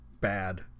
bad